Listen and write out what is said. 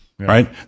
Right